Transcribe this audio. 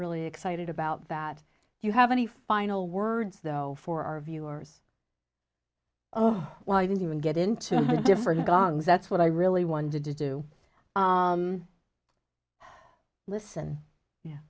really excited about that you have any final words though for our viewers oh well i didn't even get into the different gongs that's what i really wanted to do listen yeah